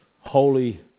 holy